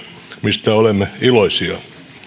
mistä olemme iloisia